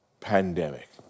pandemic